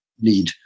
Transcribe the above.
need